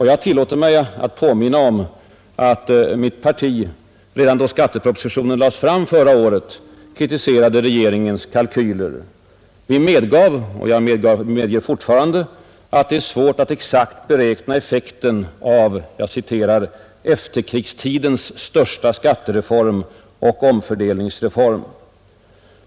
Jag tillåter mig att påminna om att mitt parti redan då skattepropositionen lades fram förra året kritiserade regeringens kalkyler. Vi medgav — och jag medger fortfarande — att det är svårt att exakt beräkna effekten av ”efterkrigstidens största skattereform och omfördelningsreform”.